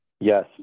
Yes